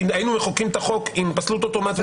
כי היינו מחוקקים את החוק עם פסלות אוטומטית,